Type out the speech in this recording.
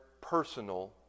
personal